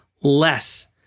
less